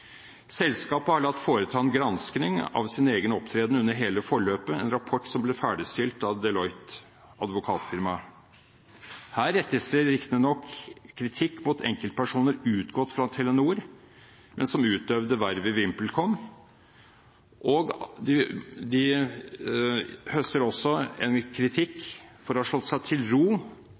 Selskapet har latt foreta en gransking av sin egen opptreden under hele forløpet, en rapport som ble ferdigstilt av advokatfirmaet Deloitte. Her rettes det riktignok kritikk mot enkeltpersoner utgått fra Telenor, men som utøvde verv i VimpelCom, og de høster også kritikk for å ha slått seg til ro